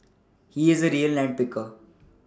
he is a real nine picker